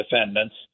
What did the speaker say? defendants